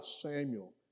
Samuel